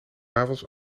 avonds